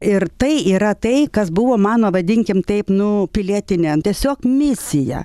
ir tai yra tai kas buvo mano vadinkim taip nu pilietine tiesiog misija